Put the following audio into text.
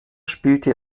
spielte